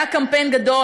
היה קמפיין גדול.